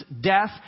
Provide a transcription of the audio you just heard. death